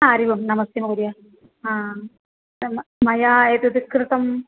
हा हरिः ओं नमस्ते महोदय मया एतद् कृतं